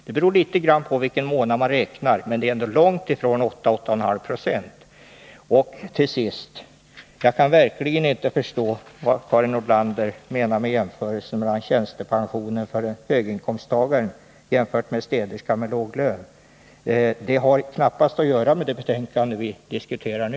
Det beror litet på vilken månad man räknar med, men det är ändå långt ifrån de siffror han nämner. Till sist: Jag kan verkligen inte förstå vad Karin Nordlander menar med jämförelsen mellan tjänstepensionen för en höginkomsttagare och inkomsten för en städerska med låg lön. Det har knappast att göra med det betänkande vi diskuterar nu.